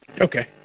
Okay